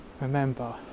remember